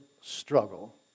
struggle